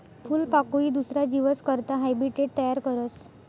फूलपाकोई दुसरा जीवस करता हैबीटेट तयार करस